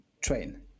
train